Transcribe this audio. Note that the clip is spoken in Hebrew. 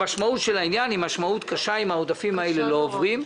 המשמעות של העניין היא משמעות קשה אם העודפים האלה לא עוברים.